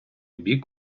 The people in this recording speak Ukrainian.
бік